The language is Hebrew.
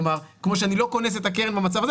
כלומר כמו שאני לא קונס את הקרן במצב הזה,